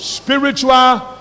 Spiritual